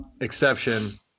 Exception